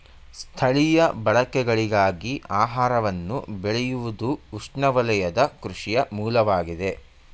ಸ್ಥಳೀಯ ಬಳಕೆಗಳಿಗಾಗಿ ಆಹಾರವನ್ನು ಬೆಳೆಯುವುದುಉಷ್ಣವಲಯದ ಕೃಷಿಯ ಮೂಲವಾಗಿದೆ